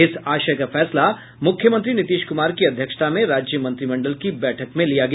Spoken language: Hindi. इस आशय का फैसला मुख्यमंत्री नीतीश कुमार की अध्यक्षता में राज्य मंत्रिमंडल की बैठक में लिया गया